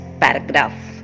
paragraph